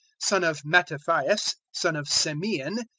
son of mattathias, son of semein,